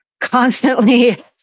constantly